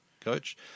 coach